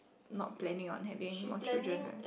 not planning on having anymore children right